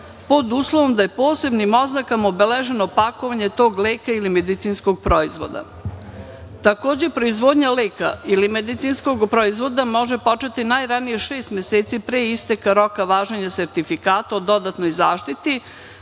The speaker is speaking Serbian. pod uslovom da je posebnim oznakama obeleženo pakovanje tog leka ili medicinskog proizvoda. Takođe, proizvodnja leka ili medicinskog proizvoda može početi najranije šest meseci pre isteka roka važenja sertifikata o dodatnoj zaštiti